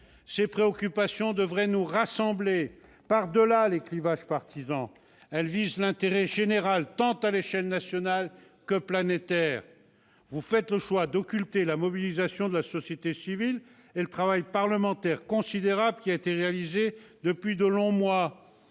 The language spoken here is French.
Ces préoccupations devraient nous rassembler. Par-delà les clivages partisans, elles visent l'intérêt général, à l'échelle tant nationale que planétaire. Vous faites le choix d'occulter la mobilisation de la société civile et le travail parlementaire considérable réalisé depuis de longs mois.